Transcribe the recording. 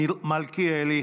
מלכיאלי,